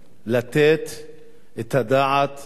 באופן רציני על נושא הקטל בדרכים.